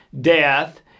death